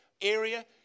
area